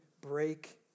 break